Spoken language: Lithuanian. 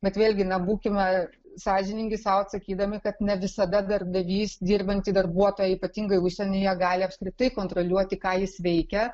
bet vėlgi na būkime sąžiningi sau atsakydami kad ne visada darbdavys dirbantį darbuotoją ypatingai užsienyje gali apskritai kontroliuoti ką jis veikia